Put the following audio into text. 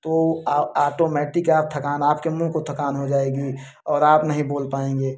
तो आ आटोमेटिक आप थकान आपके मुँह को थकान हो जाएगी और आप नहीं बोल पाएंगे